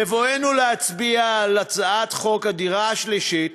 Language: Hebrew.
בבואנו להצביע על הצעת חוק הדירה השלישית